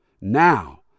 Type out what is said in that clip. now